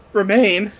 remain